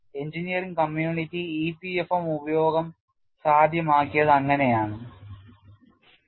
engineering community EPFM ഉപയോഗം സാധ്യമാക്കിയത് അങ്ങനെയാണ്